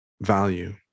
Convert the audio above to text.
value